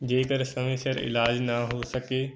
ਜੇਕਰ ਸਮੇਂ ਸਿਰ ਇਲਾਜ ਨਾ ਹੋ ਸਕੇ